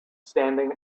standing